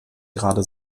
gerade